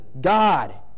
God